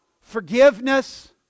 forgiveness